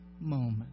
moment